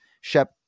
Shep